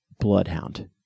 bloodhound